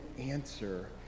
answer